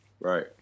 Right